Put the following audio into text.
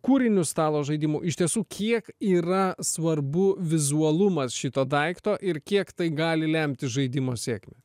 kūrinius stalo žaidimų iš tiesų kiek yra svarbu vizualumas šito daikto ir kiek tai gali lemti žaidimo sėkmę